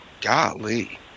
Golly